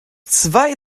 zwei